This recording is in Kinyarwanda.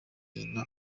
nyina